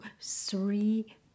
three